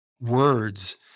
words